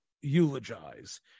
eulogize